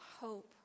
Hope